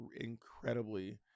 incredibly